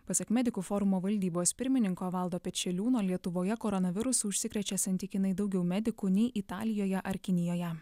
pasak medikų forumo valdybos pirmininko valdo pečeliūno lietuvoje koronavirusu užsikrečia santykinai daugiau medikų nei italijoje ar kinijoje